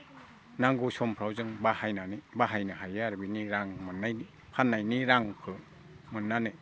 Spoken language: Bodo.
नांगौ समफोराव जों बाहायनानै बाहायनो हायो आरो बेनि रां मोननायनि फाननायनि रांखौ मोननानै